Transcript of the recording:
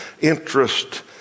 interest